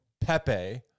Pepe